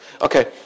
Okay